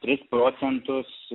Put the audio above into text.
tris procentus